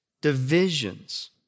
divisions